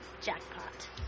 Jackpot